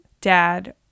dad